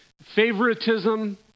favoritism